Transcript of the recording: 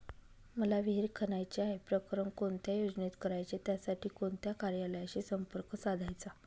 मला विहिर खणायची आहे, प्रकरण कोणत्या योजनेत करायचे त्यासाठी कोणत्या कार्यालयाशी संपर्क साधायचा?